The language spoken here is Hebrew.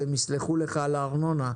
הן יסלחו לך על הארנונה,